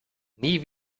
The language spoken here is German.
nie